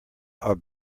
are